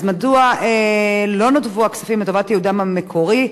אז מדוע לא נותבו הכספים לטובת ייעודם המקורי: